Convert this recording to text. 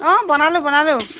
অঁ বনালোঁ বনালোঁ